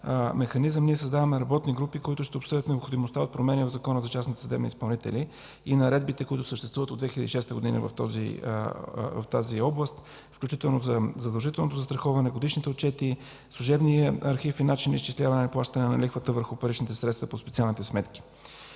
механизъм, ние създаваме работни групи, които ще обсъдят необходимостта от промени в Закона за частните съдебни изпълнители и наредбите, които съществуват от 2006 г. в тази област, включително за задължителното застраховане, годишните отчети, служебният архив и начин на изчисляване на плащане на лихвата върху паричните средства по специалните сметки.